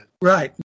Right